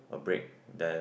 a break then